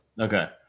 Okay